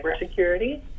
cybersecurity